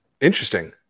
Interesting